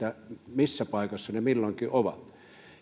missä paikassa ne ne milloinkin ovat